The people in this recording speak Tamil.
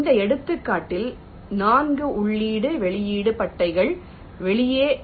இந்த எடுத்துக்காட்டில் நான்கு உள்ளீட்டு வெளியீட்டு பட்டைகள் வெளியே வி